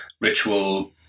ritual